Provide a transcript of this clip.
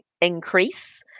increase